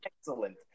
excellent